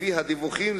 לפי הדיווחים,